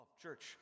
Church